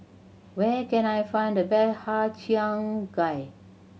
where can I find the best Har Cheong Gai